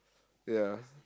ya